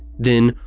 then,